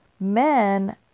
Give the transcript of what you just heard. Men